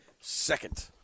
second